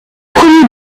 premiers